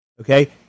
okay